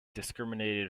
discriminated